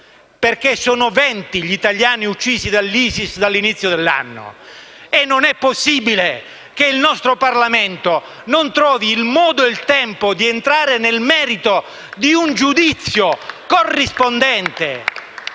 perché sono 20 gli italiani uccisi dall'ISIS dall'inizio dell'anno e non è possibile che il nostro Parlamento non trovi il modo e il tempo di entrare nel merito di un giudizio corrispondente